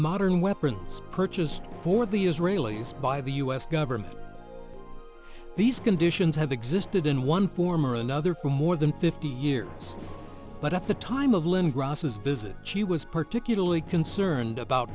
modern weapons purchased for the israelis by the us government these conditions have existed in one form or another for more than fifty years but at the time of lynn grosse's visit she was particularly concerned about